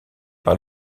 par